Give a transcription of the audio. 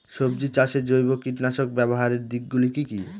সবজি চাষে জৈব কীটনাশক ব্যাবহারের দিক গুলি কি কী?